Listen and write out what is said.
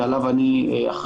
שעליו אני אחראי,